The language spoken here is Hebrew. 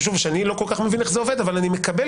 שאני לא מבין איך זה עובד אבל אני מקבל